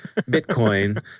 Bitcoin